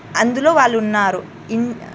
అందులో వాళ్ళున్నారు ఇన్